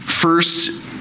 First